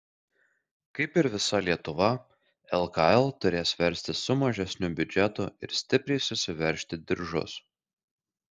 kaip ir visa lietuva lkl turės verstis su mažesniu biudžetu ir stipriai susiveržti diržus